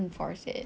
mmhmm